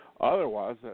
Otherwise